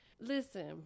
listen